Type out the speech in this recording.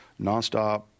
nonstop